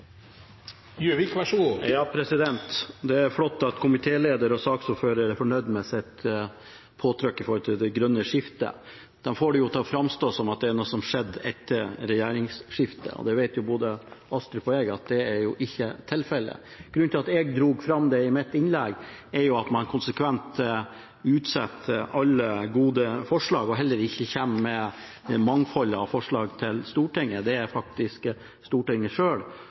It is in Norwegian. flott at komitélederen og saksordføreren er fornøyd med sitt påtrykk med tanke på det grønne skiftet. De får det til å framstå som noe som har skjedd etter regjeringsskiftet. Det vet både representanten Astrup og jeg ikke er tilfellet. Grunnen til at jeg dro det fram i mitt innlegg, er at man konsekvent utsetter alle gode forslag og heller ikke kommer med mangfoldet av forslag til Stortinget. Det er faktisk Stortinget